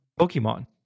Pokemon